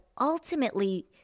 ultimately